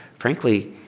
frankly,